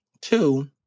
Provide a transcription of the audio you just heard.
Two